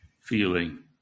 feeling